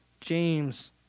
James